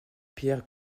pierre